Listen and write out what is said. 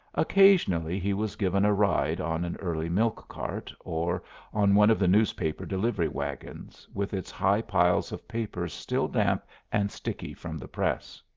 occasionally he was given a ride on an early milk-cart, or on one of the newspaper delivery wagons, with its high piles of papers still damp and sticky from the press.